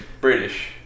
British